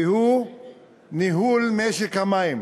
והוא ניהול משק המים.